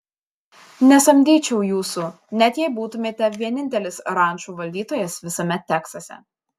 nesamdyčiau jūsų net jei būtumėte vienintelis rančų valdytojas visame teksase